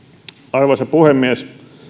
arvoisa puhemies